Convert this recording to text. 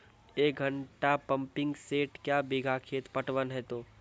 एक घंटा pumping set क्या बीघा खेत पटवन है तो?